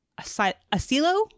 asilo